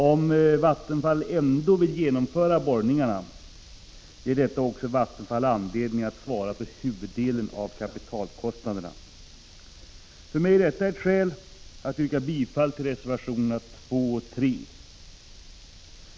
Om Vattenfall ändå vill genomföra borrningarna, ger detta också Vattenfall anledning att svara för huvuddelen av kostnaderna. För mig är detta skäl att yrka bifall till reservationerna 2 och 3.